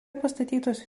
pastatytos